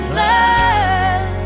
love